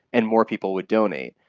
and more people would donate.